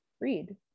read